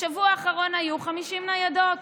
בשבוע האחרון היו 50 ניידות,